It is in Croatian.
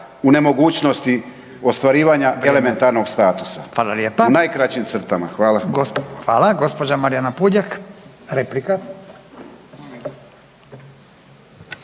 Hvala, hvala